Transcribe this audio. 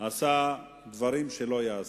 עשה דברים שלא ייעשו,